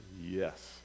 Yes